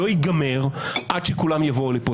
לא ייגמר עד שכולם יבואו לפה.